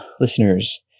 listeners